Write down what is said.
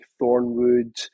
Thornwood